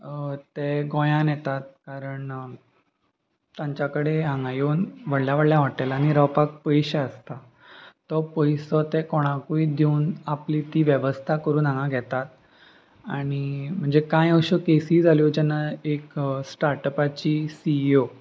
ते गोंयान येतात कारण तांच्या कडेन हांगा येवन व्हडल्या व्हडल्या हॉटेलांनी रावपाक पयशे आसता तो पयसो ते कोणाकूय दिवन आपली ती वेवस्था करून हांगा घेतात आनी म्हणजे कांय अश्यो केसी जाल्यो जेन्ना एक स्टार्टअपाची सी ई ओ